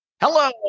Hello